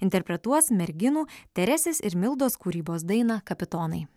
interpretuos merginų teresės ir mildos kūrybos dainą kapitonai